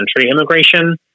immigration